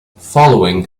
following